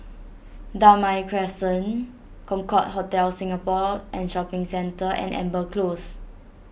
Damai Crescent Concorde Hotel Singapore and Shopping Centre and Amber Close